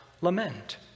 lament